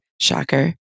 shocker